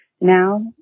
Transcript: now